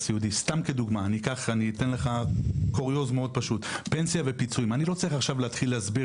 לדוגמה: פנסיה ופיצויים אני לא צריך להתחיל להסביר